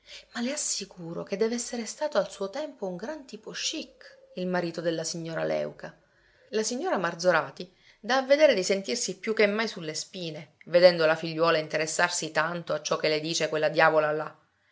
ma le assicuro che dev'essere stato al suo tempo un gran tipo chic il marito della signora léuca la signora marzorati dà a vedere di sentirsi più che mai sulle spine vedendo la figliuola interessarsi tanto a ciò che le dice quella diavola là e la